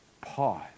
pause